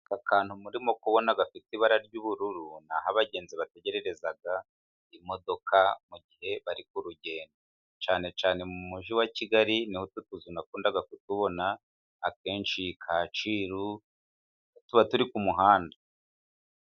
akantu murimo kubona gafite ibara ry'ubururu naho abagenzi bategerererezaga imodoka mu gihe bari ku rugendo cyane cyane mu mujyi wa kigali niho utuzu nakundaga kutubona akenshi kacyiru tuba turi ku muhanda.